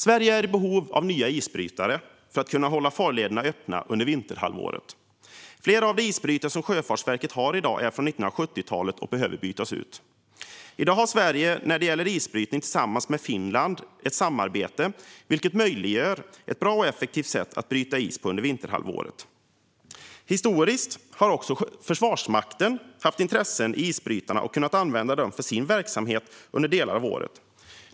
Sverige är i behov av nya isbrytare för att kunna hålla farlederna öppna under vinterhalvåret. Flera av de isbrytare som Sjöfartsverket har i dag är från 1970-talet och behöver bytas ut. I dag har Sverige ett samarbete med Finland när det gäller isbrytning. Det möjliggör för ett bra och effektivt sätt att bryta is under vinterhalvåret. Historiskt har också Försvarsmakten haft intressen i isbrytarna och kunnat använda dem i sin verksamhet under delar av året.